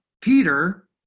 Peter